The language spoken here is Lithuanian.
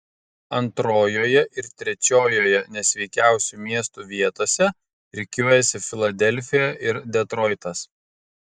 antrojoje ir trečiojoje nesveikiausių miestų vietose rikiuojasi filadelfija ir detroitas